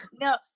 no